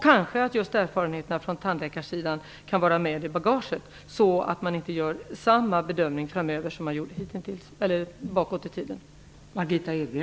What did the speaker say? Kanske också just erfarenheterna från tandläkarsidan kan vara med i bagaget, så att man inte gör samma bedömning framöver som man har gjort tidigare.